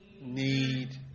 need